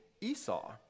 Esau